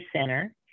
Center